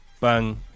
bang